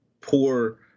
poor